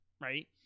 Right